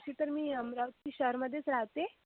तशी तर मी अमरावती शहरामधेच राहते